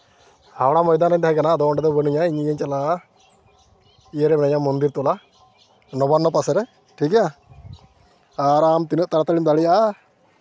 ᱦᱟᱣᱲᱟ ᱢᱚᱭᱫᱟᱱ ᱨᱮᱧ ᱛᱟᱦᱮᱸ ᱠᱟᱱᱟ ᱟᱫᱚ ᱚᱸᱰᱮ ᱫᱚ ᱵᱟᱹᱱᱩᱧᱟ ᱤᱧ ᱤᱭᱟᱹᱧ ᱪᱟᱞᱟᱜᱼᱟ ᱤᱭᱟᱹᱨᱮ ᱢᱤᱱᱟᱹᱧᱟ ᱢᱚᱱᱫᱤᱨ ᱴᱚᱞᱟ ᱱᱚᱵᱟᱱᱱᱚ ᱯᱟᱥᱮᱨᱮ ᱴᱷᱤᱠ ᱜᱮᱭᱟ ᱟᱨ ᱟᱢ ᱛᱤᱱᱟᱹᱜ ᱛᱟᱲᱟ ᱛᱟᱹᱲᱤᱢ ᱫᱟᱲᱮᱭᱟᱜᱼᱟ